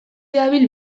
dabil